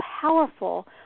powerful